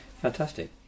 fantastic